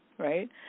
right